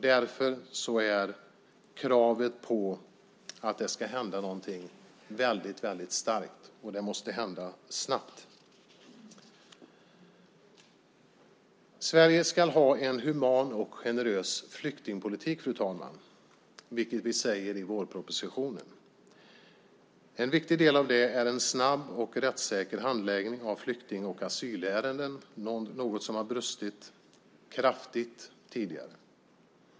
Därför är kravet på att det ska hända någonting väldigt starkt, och det måste hända snabbt. Sverige ska ha en human och generös flyktingpolitik, fru talman, vilket vi säger i vårpropositionen. En viktig del av det är en snabb och rättssäker handläggning av flykting och asylärenden, något som har brustit kraftigt tidigare.